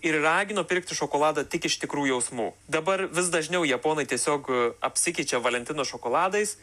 ir ragino pirkti šokoladą tik iš tikrų jausmų dabar vis dažniau japonai tiesiog apsikeičia valentino šokoladais